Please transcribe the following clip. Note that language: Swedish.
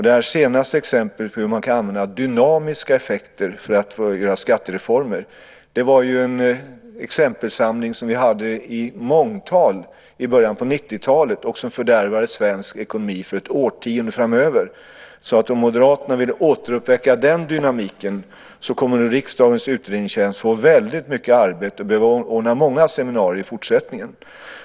Det senaste exemplet på hur man kan använda dynamiska effekter för att göra skattereformer var en exempelsamling som vi hade i mångtal i början på 90-talet och som fördärvade svensk ekonomi för ett årtionde framöver. Om Moderaterna vill återuppväcka den dynamiken, kommer nog riksdagens utredningstjänst att få väldigt mycket arbete och behöva anordna många seminarier i fortsättningen.